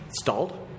stalled